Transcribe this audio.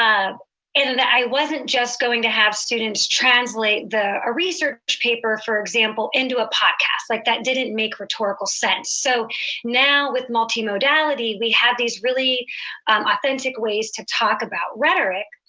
um um and and i wasn't just going to have students translate a research paper, for example, into a podcast. like that didn't make rhetorical sense. so now with multimodality, we have these really um authentic ways to talk about rhetoric.